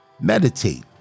meditate